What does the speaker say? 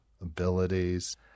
abilities –